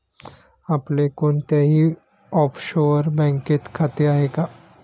आपले कोणत्याही ऑफशोअर बँकेत खाते आहे का?